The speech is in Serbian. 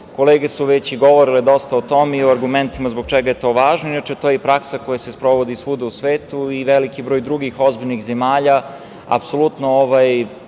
godinu. Kolege su već i govorile dosta o tome i u argumentima zbog čega je to važno, inače to je i praksa koja se sprovodi svuda u svetu. Veliki broj drugih ozbiljnih zemalja apsolutno jako